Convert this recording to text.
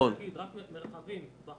הסיפור של עיר עולים במועצת מרחבים גוזר